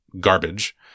garbage